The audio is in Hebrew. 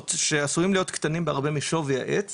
שעשויים להיות קטנים בהרבה משווי העץ